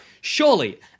Surely